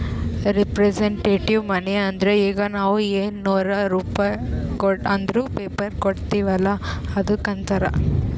representative money ಅಂದುರ್ ಈಗ ನಾವ್ ಎನ್ ನೂರ್ ರುಪೇ ಅಂದುರ್ ಪೇಪರ್ ಕೊಡ್ತಿವ್ ಅಲ್ಲ ಅದ್ದುಕ್ ಅಂತಾರ್